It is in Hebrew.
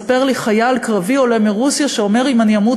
אומר לי חייל קרבי עולה מרוסיה: אם אני אמות